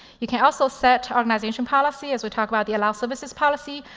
you can also set organization policy, as we talk about the allowed services policy,